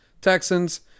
texans